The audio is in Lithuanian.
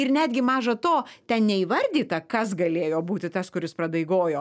ir netgi maža to ten neįvardyta kas galėjo būti tas kuris pradaigojo